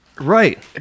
Right